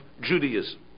Judaism